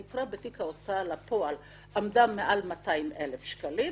היתרה בתיק ההוצאה לפועל עמדה מעל 200,000 שקלים.